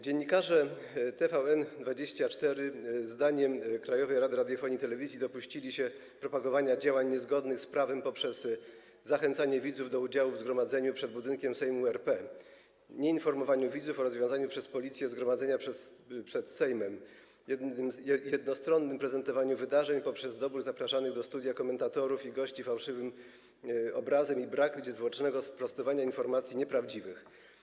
Dziennikarze TVN24 zdaniem Krajowej Rady Radiofonii i Telewizji dopuścili się propagowania działań niezgodnych z prawem poprzez zachęcanie widzów do udziału w zgromadzeniu przed budynkiem Sejmu RP, nieinformowanie widzów o rozwiązaniu przez Policję zgromadzenia przed Sejmem, jednostronne prezentowanie wydarzeń poprzez dobór zapraszanych do studia komentatorów i gości, fałszywy obraz i brak niezwłocznego sprostowania informacji nieprawdziwych.